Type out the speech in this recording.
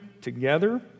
together